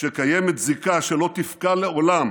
שקיימת זיקה שלא תפקע לעולם